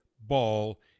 ball